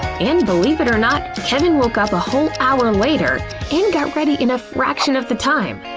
and believe it or not, kevin woke up a whole hour later and got ready in a fraction of the time.